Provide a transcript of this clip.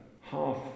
half